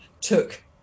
took